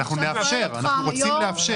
אבל אנחנו רוצים לאפשר.